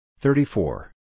34